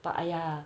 but !aiya!